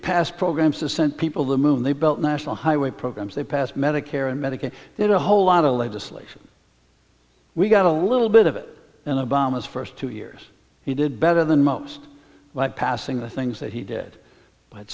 passed programs to send people the moon they built national highway programs they passed medicare and medicaid did a whole lot of legislation we got a little bit of it in obama's first two years he did better than most but passing the things that he did but